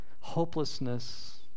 Hopelessness